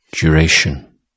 duration